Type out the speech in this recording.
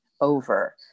over